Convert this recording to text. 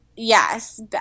Yes